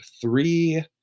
three